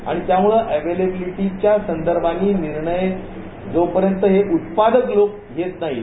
आणि त्यामुळे अव्हॅबिलीटीच्या संदर्भानं निर्णय जोपर्यंत हे उत्पादक लोक घेत नाहीत